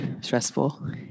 Stressful